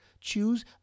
Choose